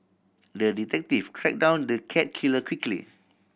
the detective track down the cat killer quickly